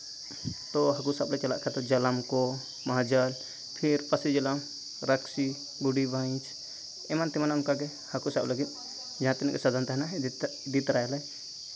ᱛᱚ ᱦᱟᱹᱠᱩ ᱥᱟᱵ ᱞᱮ ᱪᱟᱞᱟᱜ ᱠᱷᱟᱹᱛᱤᱨ ᱡᱟᱞᱟᱢ ᱢᱚᱦᱟᱡᱟᱞ ᱯᱷᱤᱨ ᱯᱟᱹᱥᱤ ᱡᱟᱞᱟᱢ ᱨᱟᱹᱠᱥᱤ ᱜᱩᱰᱤ ᱵᱟᱹᱦᱤᱡ ᱮᱢᱟᱱ ᱛᱮᱢᱟᱱ ᱚᱱᱠᱟ ᱜᱮ ᱦᱟᱹᱠᱩ ᱥᱟᱵ ᱞᱟᱹᱜᱤᱫ ᱡᱟᱦᱟᱸ ᱛᱤᱱᱟᱹᱜ ᱜᱮ ᱥᱟᱫᱷᱚᱱ ᱛᱟᱦᱮᱱᱟ ᱡᱮᱛᱮ ᱤᱫᱤ ᱛᱟᱨᱟᱭᱟᱞᱮ